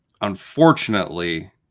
unfortunately